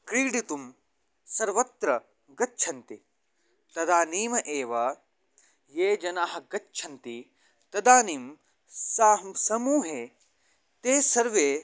क्रीडितुं सर्वत्र गच्छन्ति तदानीम् एव ये जनाः गच्छन्ति तदानीं साकं समूहे ते सर्वे